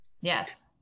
Yes